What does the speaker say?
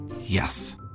Yes